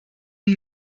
ihm